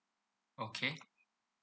okay